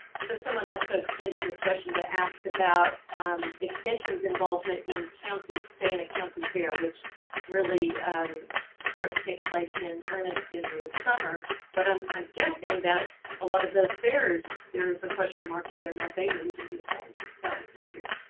so someone else so extended this question to ask about um extension's involvement in county, say in a county fair, which really and start to take place in earnest in the summer but i'm um guessing that a lot of those fairs there's a question mark whether or not they don't even be held this year.